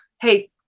Hey